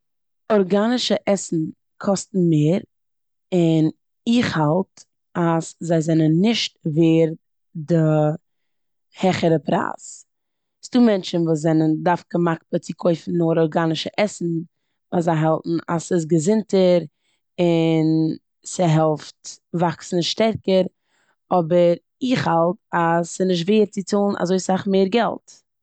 ארגאנישע עסן קאסטן מער און איך האלט אז זיי זענען נישט ווערד די העכערע פרייז. ס'דא מענטשן וואס זענען דווקא מקפיד צו קויפן נאר ארגאנישע עסן ווייל זיי האלטן אז ס'איז געזונטער און ס'העלט וואקסן שטערקער, אבער איך האלט אז ס'נישט ווערד צו צאלן אזוי סאך מער געלט.